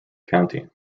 county